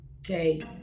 Okay